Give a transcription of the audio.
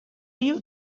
you